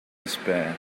despair